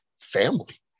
family